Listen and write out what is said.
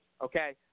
okay